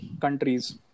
countries